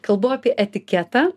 kalbu apie etiketą